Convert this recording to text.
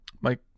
Mike